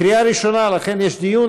קריאה ראשונה, לכן יש דיון.